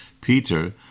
Peter